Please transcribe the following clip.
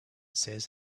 says